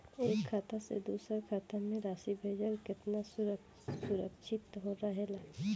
एक खाता से दूसर खाता में राशि भेजल केतना सुरक्षित रहेला?